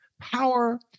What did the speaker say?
power